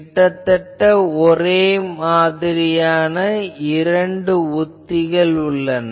கிட்டத்தட்ட ஒரே மாதிரியான இரண்டு உத்திகள் உள்ளன